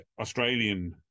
Australian